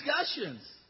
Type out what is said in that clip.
discussions